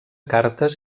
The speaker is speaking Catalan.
cartes